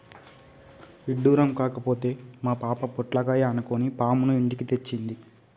ఇడ్డురం కాకపోతే మా పాప పొట్లకాయ అనుకొని పాముని ఇంటికి తెచ్చింది